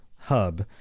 hub